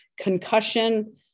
concussion